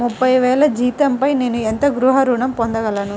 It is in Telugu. ముప్పై వేల జీతంపై నేను ఎంత గృహ ఋణం పొందగలను?